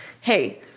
hey